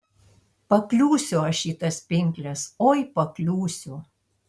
pakliūsiu aš į tas pinkles oi pakliūsiu